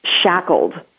shackled